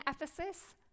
Ephesus